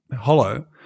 hollow